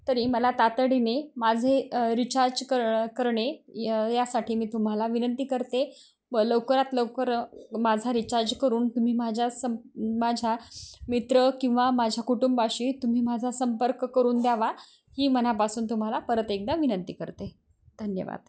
तरी मला तातडीने माझे रिचार्ज कर करणे यासाठी मी तुम्हाला विनंती करते व लवकरात लवकर माझा रिचार्ज करून तुम्ही माझ्या सं माझ्या मित्र किंवा माझ्या कुटुंबाशी तुम्ही माझा संपर्क करून द्यावा ही मनापासून तुम्हाला परत एकदा विनंती करते धन्यवाद